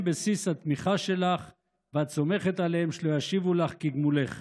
בסיס התמיכה שלך ואת סומכת עליהם שישיבו לך כגמולך.